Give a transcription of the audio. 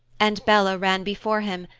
and bella ran before him,